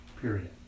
period